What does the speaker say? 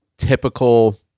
Typical